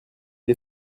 les